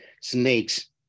snakes